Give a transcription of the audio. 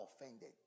offended